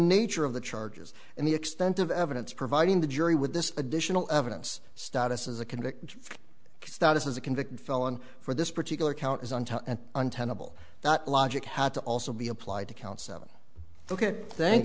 nature of the charges and the extent of evidence providing the jury with this additional evidence status as a convicted status as a convicted felon for this particular count is on top and untenable that logic had to also be applied to count seven ok thank